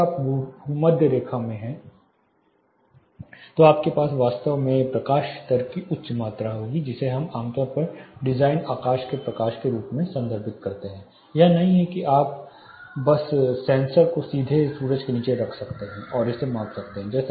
यदि आप भूमध्य रेखा में हैं तो आपके पास वास्तव में प्रकाश स्तर की उच्च मात्रा होगी जिसे हम आमतौर पर डिज़ाइन आकाश के प्रकाश के रूप में संदर्भित करते हैं यह नहीं है कि आप बस सेंसर को सीधे सूरज के नीचे रख सकते हैं और इसे माप सकते हैं